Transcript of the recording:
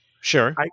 Sure